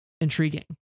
intriguing